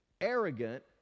arrogant